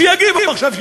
שיגיבו עכשיו,